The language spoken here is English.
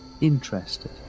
interested